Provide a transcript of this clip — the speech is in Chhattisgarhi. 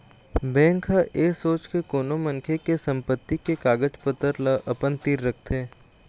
बेंक ह ऐ सोच के कोनो मनखे के संपत्ति के कागज पतर ल अपन तीर रखथे